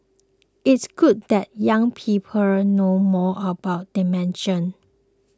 it's good that young people know more about dementia